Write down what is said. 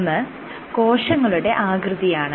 ഒന്ന് കോശങ്ങളുടെ ആകൃതിയാണ്